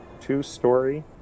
two-story